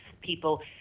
people